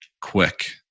quick